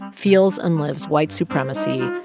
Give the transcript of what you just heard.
feels and lives white supremacy,